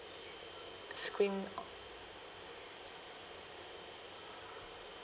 screen